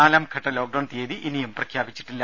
നാലാംഘട്ട ലോക്ഡൌൺ തീയതി ഇനിയും പ്രഖ്യാപിച്ചിട്ടില്ല